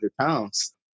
pounds